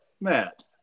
Matt